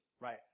right